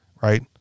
Right